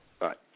right